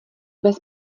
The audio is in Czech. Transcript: bez